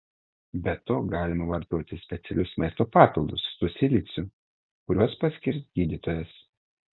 be to galima vartoti specialius maisto papildus su siliciu kuriuos paskirs gydytojas